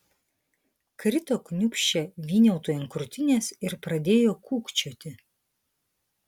krito kniūbsčia vyniautui ant krūtinės ir pradėjo kūkčioti